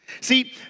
See